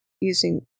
using –